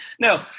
No